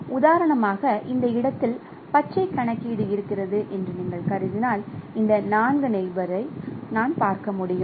உதாரணமாக இந்த இடத்தில் பச்சை கணக்கீடு இருக்கிறது என்று கருதினால் இந்த 4 நெயிபோரை நான் பார்க்க முடியும்